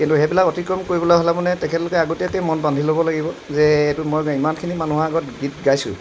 কিন্তু সেইবিলাক অতিক্ৰম কৰিবলৈ হ'লে মানে তেখেতলোকে আগতীয়াকৈ মন বান্ধি ল'ব লাগিব যে এইটো মই ইমানখিনি মানুহৰ আগত গীত গাইছোঁ